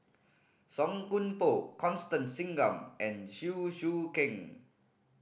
Song Koon Poh Constance Singam and Chew Choo Keng